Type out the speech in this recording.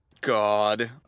God